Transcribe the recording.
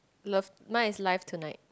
love mine is live tonight